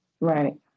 Right